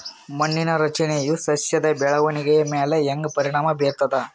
ಮಣ್ಣಿನ ರಚನೆಯು ಸಸ್ಯದ ಬೆಳವಣಿಗೆಯ ಮ್ಯಾಲ ಹ್ಯಾಂಗ ಪರಿಣಾಮ ಬೀರ್ತದ?